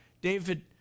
David